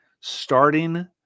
Starting